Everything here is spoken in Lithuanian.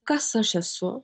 kas aš esu